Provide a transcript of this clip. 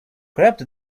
grabbed